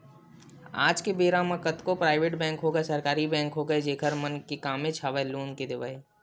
आज के बेरा म कतको पराइवेट बेंक होगे सरकारी बेंक होगे हवय जेखर मन के कामेच हवय लोन के देवई